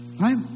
Right